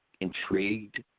intrigued